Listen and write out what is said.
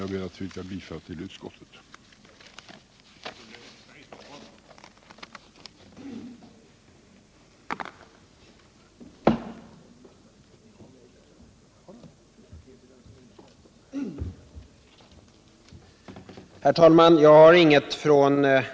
Jag ber att få yrka bifall till utskottets förslag.